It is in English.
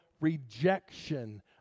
rejection